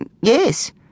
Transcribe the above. Yes